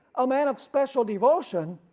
a man of special devotion,